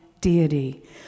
deity